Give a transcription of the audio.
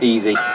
Easy